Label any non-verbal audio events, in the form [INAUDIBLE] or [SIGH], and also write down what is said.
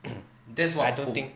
[NOISE] I don't think